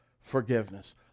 forgiveness